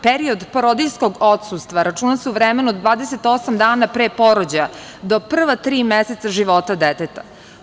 Period porodiljskog odsustva računa se u vremenu od 28 dana pre porođaja do prva tri meseca života deteta.